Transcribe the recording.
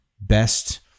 best